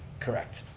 correct,